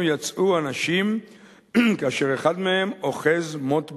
יצאו אנשים כאשר אחד מהם אוחז מוט ברזל.